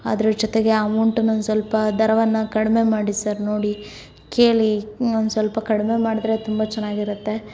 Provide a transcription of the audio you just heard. ಅದರ ಜೊತೆಗೆ ಅಮೋಂಟುನ್ನು ಸಲ್ಪ ದರವನ್ನು ಕಡಿಮೆ ಮಾಡಿ ಸರ್ ನೋಡಿ ಕೇಳಿ ಇನ್ನೊಂದು ಸ್ವಲ್ಪ ಕಡಿಮೆ ಮಾಡಿದ್ರೆ ತುಂಬ ಚೆನ್ನಾಗಿರತ್ತೆ